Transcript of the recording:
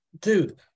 Dude